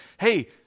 hey